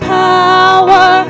power